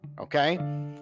Okay